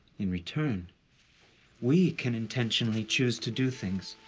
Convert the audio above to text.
in return we can intentionally choose to do things